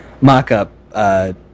mock-up